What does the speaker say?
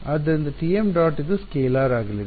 ಆದ್ದರಿಂದ Tm dot ಇದು scalar ಆಗಲಿದೆ